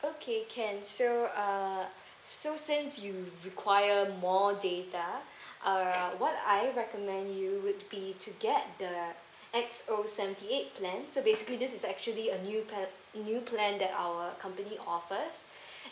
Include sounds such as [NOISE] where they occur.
okay can so uh so since you require more data [BREATH] uh what I recommend you would be to get the X_O seventy eight plans so basically this is actually a new pla~ new plan that our company offers [BREATH]